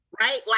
Right